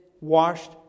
washed